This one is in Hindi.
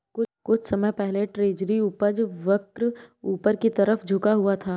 कुछ समय पहले ट्रेजरी उपज वक्र ऊपर की तरफ झुका हुआ था